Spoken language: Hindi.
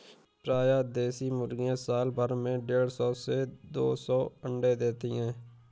प्रायः देशी मुर्गियाँ साल भर में देढ़ सौ से दो सौ अण्डे देती है